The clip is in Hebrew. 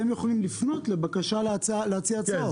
הם יוכלו לפנות לבקשה להציע הצעות.